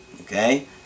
okay